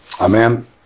Amen